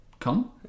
come